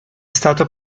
stato